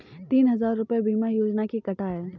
तीन हजार रूपए बीमा योजना के कटा है